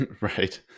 Right